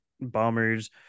bombers